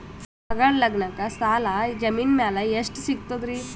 ಮಗಳ ಲಗ್ನಕ್ಕ ಸಾಲ ಜಮೀನ ಮ್ಯಾಲ ಎಷ್ಟ ಸಿಗ್ತದ್ರಿ?